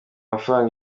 amafaranga